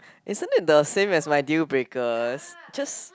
isn't it the same as my deal breakers just